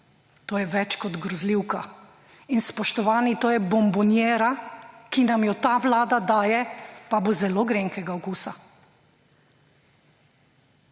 to več kot grozljivka. In spoštovani, to je bombonjera, ki nam jo ta vlada daje, pa bo zelo grenkega okusa.